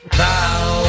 bow